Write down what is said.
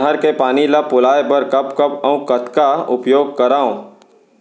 नहर के पानी ल पलोय बर कब कब अऊ कतका उपयोग करंव?